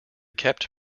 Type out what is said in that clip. kept